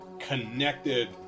Connected